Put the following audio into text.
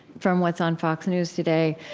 from what's on fox news today.